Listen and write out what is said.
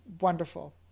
Wonderful